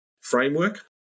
framework